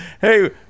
Hey